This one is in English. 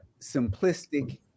simplistic